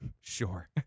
Sure